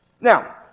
Now